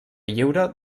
lliure